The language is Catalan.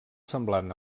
semblant